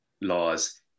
laws